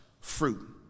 fruit